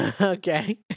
Okay